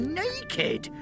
naked